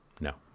no